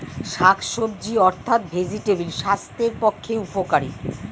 শাকসবজি অর্থাৎ ভেজিটেবল স্বাস্থ্যের পক্ষে উপকারী